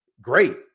great